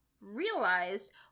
realized